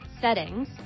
settings